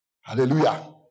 Hallelujah